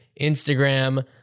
Instagram